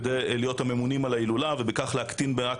כדי להיות ממונים על ההילולה ובכך להקטין במעט